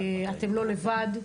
אתם לא לבד,